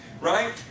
right